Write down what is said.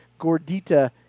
gordita